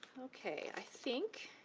okay, i think